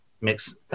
mix